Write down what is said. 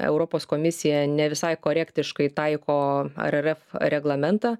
europos komisija ne visai korektiškai taiko areref reglamentą